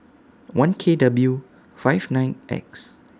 one K W five nine X